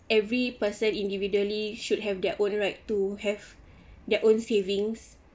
every person individually should have their own right to have their own savings